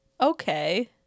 Okay